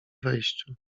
wejściu